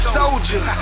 soldier